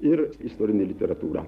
ir istorinė literatūra